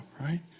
right